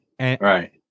Right